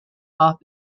off